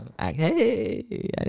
Hey